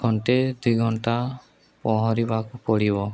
ଘଣ୍ଟେ ଦୁଇ ଘଣ୍ଟା ପହଁରିବାକୁ ପଡ଼ିବ